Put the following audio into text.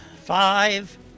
Five